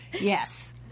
yes